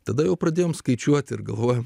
tada jau pradėjome skaičiuoti ir galvoju